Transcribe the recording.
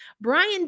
Brian